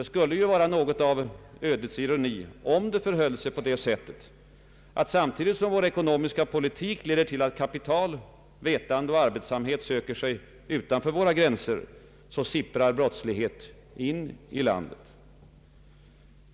Det skulle vara något av ödets ironi, om det förhöll sig på det sättet att samtidigt som vår ekonomiska politik leder till att kapital, vetande och arbetsamhet söker sig utanför våra gränser, sipprar brottslighet in i landet.